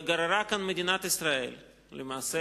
גררו כאן מדינת ישראל למעשה,